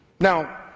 Now